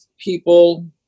people